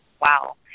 wow